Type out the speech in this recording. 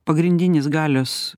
pagrindinis galios